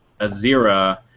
Azira